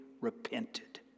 repented